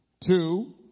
Two